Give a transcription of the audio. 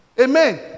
Amen